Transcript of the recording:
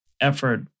effort